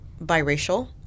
biracial